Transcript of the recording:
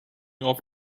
off